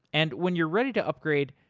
and when you're ready to upgrade,